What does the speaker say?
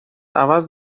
عوض